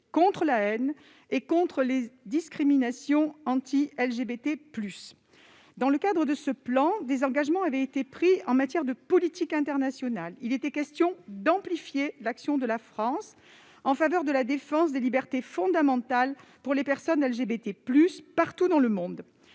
contre la haine et les discriminations anti-LGBT+. Dans le cadre de ce plan, des engagements ont été pris en matière de politique internationale, parmi lesquels une amplification de l'action de la France en faveur de la défense des libertés fondamentales des personnes LGBT+, partout dans le monde.